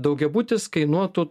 daugiabutis kainuotų